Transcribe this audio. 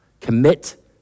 Commit